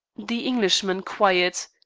the englishman quiet,